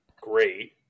great